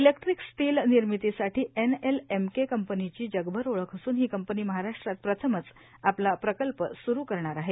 electric steel निर्मितीसाठी NLMK कंपनीची जगभर ओळख असून ही कंपनी महाराष्ट्रात प्रथमच आपला प्रकल्प सूरू करणार आहे